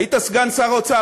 היית סגן שר האוצר,